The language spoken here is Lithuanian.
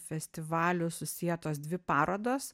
festivaliu susietos dvi parodos